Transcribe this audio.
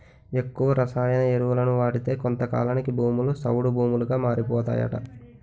ఎక్కువ రసాయన ఎరువులను వాడితే కొంతకాలానికి భూములు సౌడు భూములుగా మారిపోతాయట